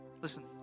listen